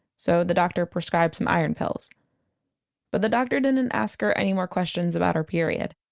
so the doctor prescribed some iron pills but the doctor didn't and ask her any more questions about her period.